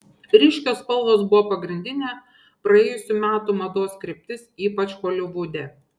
ryškios spalvos buvo pagrindinė praėjusių metų mados kryptis ypač holivude